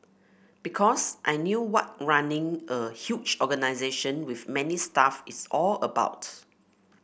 because I knew what running a huge organisation with many staff is all about